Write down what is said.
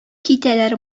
китәләр